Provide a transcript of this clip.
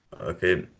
okay